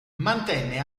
mantenne